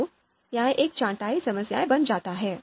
तो यह एक छँटाई समस्या बन जाता है